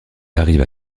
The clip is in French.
arrivent